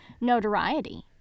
notoriety